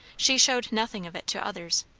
she showed nothing of it to others.